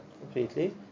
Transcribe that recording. completely